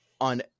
on